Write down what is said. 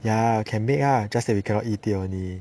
ya can make ah just that we cannot eat it only